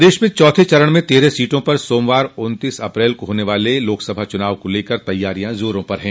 प्रदेश में चौथे चरण में तेरह सीटों पर सोमवार उन्तीस अप्रैल को होने वाले लोकसभा चुनाव को लेकर तैयारियां जोरो पर है